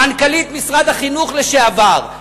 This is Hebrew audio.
מנכ"לית משרד החינוך לשעבר,